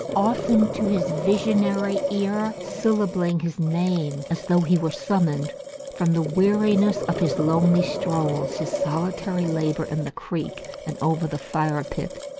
often to his visionary ear syllabling his name as though he were summoned from the weariness of his lonely strolls, his solitary labour in the creek and over the fire-pit,